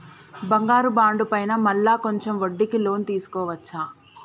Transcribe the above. బంగారు బాండు పైన మళ్ళా కొంచెం వడ్డీకి లోన్ తీసుకోవచ్చా?